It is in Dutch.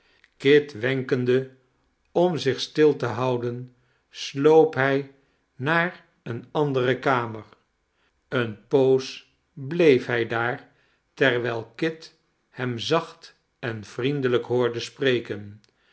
kit wenkende om zich stil te houden sloop hij naar eene andere kamer eene poos bleef hij daar terwijl kit hem zacht en vriendelijk hoorde spreken